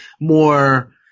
more